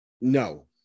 No